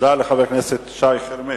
תודה לחבר הכנסת שי חרמש.